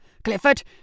Clifford